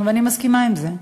אני מסכימה עם זה.